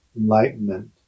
Enlightenment